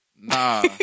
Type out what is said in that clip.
Nah